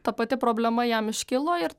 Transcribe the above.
ta pati problema jam iškilo ir